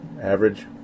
average